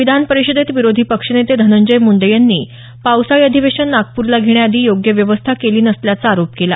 विधान परिषदेत विरोधी पक्षनेते धनंजय मुंडे यांनी पावसाळी अधिवेशन नागपूरला घेण्याआधी योग्य व्यवस्था केली नसल्याचा आरोप केला